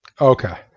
Okay